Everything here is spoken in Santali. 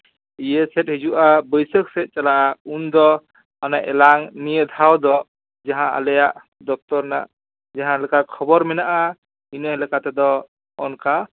ᱤᱭᱟᱹ ᱥᱮᱫ ᱦᱤᱡᱩᱜᱼᱟ ᱵᱟᱹᱭᱥᱟᱹᱠᱷ ᱥᱮᱫ ᱪᱟᱞᱟᱜᱼᱟ ᱩᱱ ᱫᱚ ᱢᱟᱱᱮ ᱮᱞᱟᱝ ᱱᱤᱭᱟᱹ ᱫᱷᱟᱣ ᱫᱚ ᱡᱟᱦᱟᱸ ᱟᱞᱮᱭᱟᱜ ᱫᱚᱯᱛᱚᱨ ᱨᱮᱱᱟᱜ ᱡᱟᱦᱟᱸᱞᱮᱠᱟ ᱠᱷᱚᱵᱚᱨ ᱢᱮᱱᱟᱜᱼᱟ ᱤᱱᱟᱹ ᱞᱮᱠᱟᱛᱮᱫᱚ ᱚᱱᱠᱟ